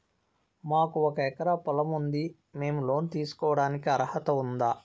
మాకు ఒక ఎకరా పొలం ఉంది మేము లోను తీసుకోడానికి అర్హత ఉందా